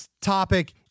topic